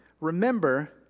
remember